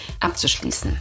abzuschließen